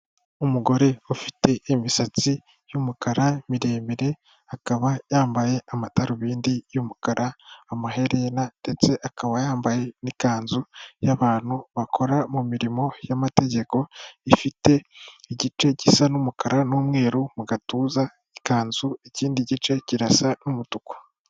Umugore ufite imisatsi y'umukara miremire akaba yambaye amadarubindi y'umukara, amaherena ndetse akaba yambaye n'ikanzu y'abantu bakora mu mirimo y'amategeko ifite igice gisa n'umukara n'umweru mu gatuza ikanzu ikindi gice kirasa n'umutuku.